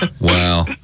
Wow